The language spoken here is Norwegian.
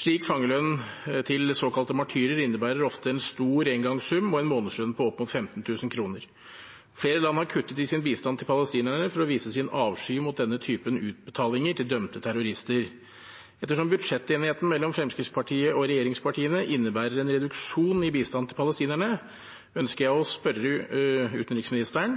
Slik fangelønn til såkalte martyrer innebærer ofte en stor engangssum og en månedslønn på opp mot 15 000 kr. Flere land har kuttet i sin bistand til palestinerne for å vise sin avsky mot denne typen utbetalinger til dømte terrorister. Ettersom budsjettenigheten mellom Fremskrittspartiet og regjeringspartiene innebærer en reduksjon i bistanden til palestinerne, ønsker jeg å spørre utenriksministeren